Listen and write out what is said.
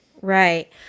Right